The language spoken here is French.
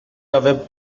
avait